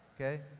Okay